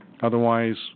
Otherwise